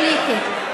זכות קיום פוליטית.